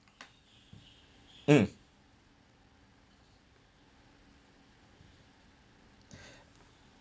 mm